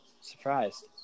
Surprised